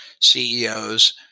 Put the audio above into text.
CEOs